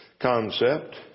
concept